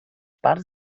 parts